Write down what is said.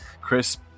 Chris